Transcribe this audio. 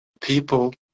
people